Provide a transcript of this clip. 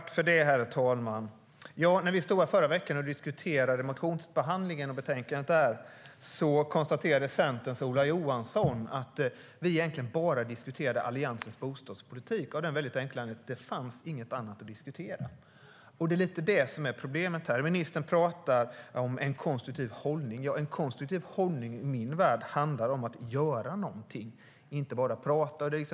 Herr talman! När vi stod här förra veckan och diskuterade motionsbehandlingen och det betänkandet konstaterade Centerns Ola Johansson att vi egentligen bara diskuterade Alliansens bostadspolitik av den enkla anledningen att det inte fanns något annat att diskutera. Det är problemet. Ministern talar om en konstruktiv hållning. En konstruktiv hållning i min värld handlar om att göra något, inte bara prata.